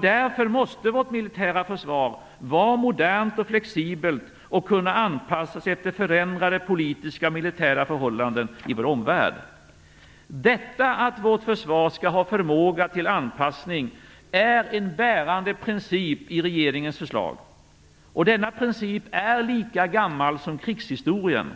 Därför måste vårt militära försvar vara modernt och flexibelt och kunna anpassas efter förändrade politiska och militära förhållanden i vår omvärld. Detta, att vårt försvar skall ha förmåga till anpassning, är en bärande princip i regeringens förslag. Denna princip är lika gammal som krigshistorien,